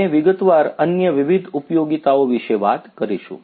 અમે વિગતવાર અન્ય વિવિધ ઉપયોગીતાઓ વિશે વાત કરીશું